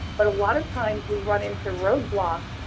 but a lot of times we run into roadblocks,